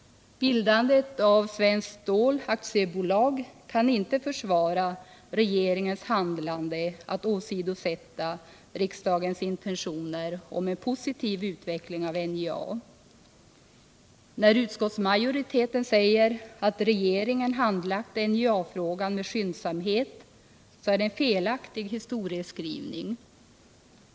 Bildandet av Svenskt Stål AB kan inte försvara att regeringen åsidosatt riksdagens intentioner när det gäller en positiv utveckling av NJA. Utskottsmajoritetens uttalande att regeringen handlagt NJA-frågan med skyndsamhet innebär en felaktig historieskrivning.